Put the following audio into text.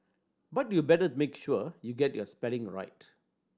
but you better make sure you get your spelling right